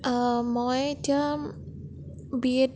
মই এতিয়া B add